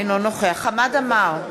אינו נוכח חמד עמאר,